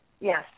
Yes